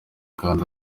kandi